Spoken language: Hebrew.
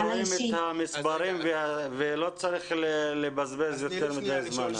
חברי הכנסת רואים את המספרים ולא צריך לבזבז יותר מידי זמן על זה.